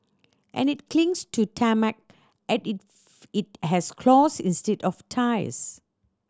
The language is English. and it clings to tarmac at if it has claws instead of tyres